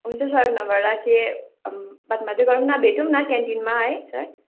हुन्छ सर नभए राखेँ बात मार्दै गरौँ न भेटौँ न क्यन्टिनमा है सर